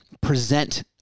present